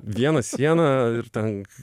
vieną sieną ir ten